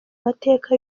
mateka